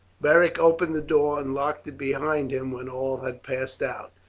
beric opened the door and locked it behind him when all had passed out.